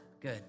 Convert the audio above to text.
Good